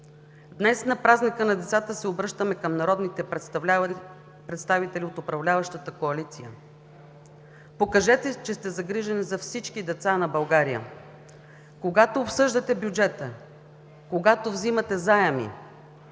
Днес на празника на децата се обръщаме към народните представители от управляващата коалиция. Покажете, че сте загрижени за всички деца на България. Когато обсъждате бюджета, когато взимате заеми,